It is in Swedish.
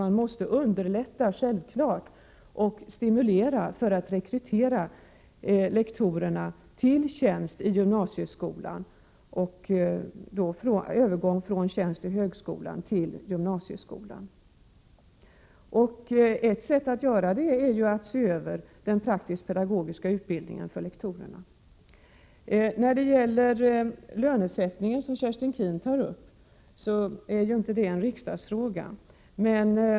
Man måste självfallet underlätta och stimulera rekryteringen av lektorerna till tjänster i gymnasieskolan och till övergång från tjänster i högskolan till tjänster i gymnasieskolan. Ett sätt att göra detta är att se över den praktisk-pedagogiska utbildningen för lektorerna. Lönesättningen, som Kerstin Keen tar upp, är inte en riksdagsfråga.